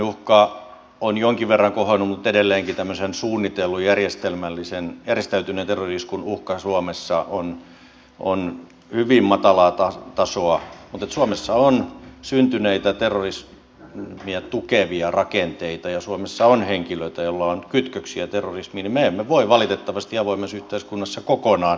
terrorismiuhka on jonkin verran kohonnut mutta edelleenkin tämmöisen suunnitellun järjestäytyneen terrori iskun uhka suomessa on hyvin matalaa tasoa mutta suomeen on syntynyt terrorismia tukevia rakenteita ja suomessa on henkilöitä joilla on kytköksiä terrorismiin niin me emme voi valitettavasti avoimessa yhteiskunnassa kokonaan sulkea pois